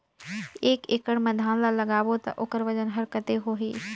एक एकड़ मा धान ला लगाबो ता ओकर वजन हर कते होही?